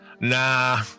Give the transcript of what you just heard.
nah